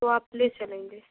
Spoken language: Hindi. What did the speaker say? तो आप ले चलेंगे